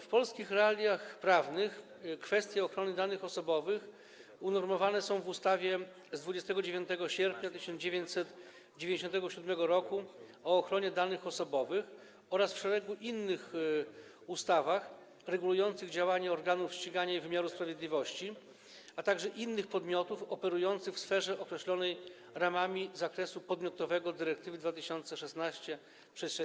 W polskich realiach prawnych kwestie ochrony danych osobowych unormowane są w ustawie z 29 sierpnia 1997 r. o ochronie danych osobowych oraz w szeregu innych ustaw regulujących działanie organów ścigania i wymiaru sprawiedliwości, a także innych podmiotów operujących w sferze określonej ramami zakresu podmiotowego dyrektywy 2016/680.